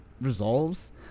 resolves